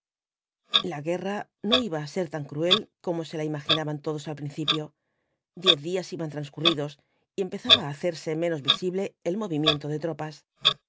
la guerra no iba á ser tan cruel como se la imaginaban todos al principio diez días iban transcurridos y empezaba á hacerse menos visible el movimiento de tropas